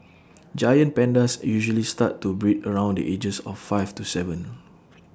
giant pandas usually start to breed around the ages of five to Seven